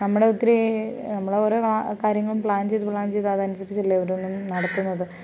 നമ്മുടെ ഒത്തിരി നമ്മൾ ഓരോ കാര്യങ്ങളും പ്ലാൻ ചെയ്തു പ്ലാൻ ചെയ്തു അത് അനുസരിച്ചല്ലേ ഓരോന്നും നടത്തുന്നത്